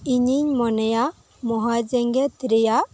ᱤᱧᱤᱧ ᱢᱚᱱᱮᱭᱟ ᱢᱚᱦᱟ ᱡᱮᱸᱜᱮᱫ ᱨᱮᱭᱟᱜ